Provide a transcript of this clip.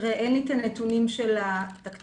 אין לי הנתונים של התקציבים.